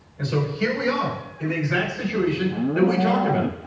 and so here we are in the exact situation that we talked about.